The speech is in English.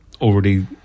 already